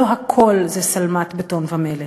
לא הכול זה שלמת בטון ומלט.